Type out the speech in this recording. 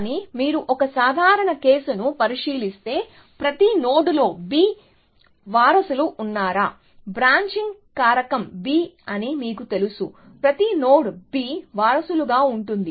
కానీ మీరు ఒక సాధారణ కేసును పరిశీలిస్తే ప్రతి నోడ్లో b వారసులు ఉన్నారా బ్రాంచింగ్ కారకం b అని మీకు తెలుసు ప్రతి నోడ్ b వారసులుగా ఉంటుంది